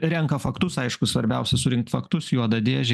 renka faktus aišku svarbiausia surinkt faktus juodą dėžę